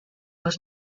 was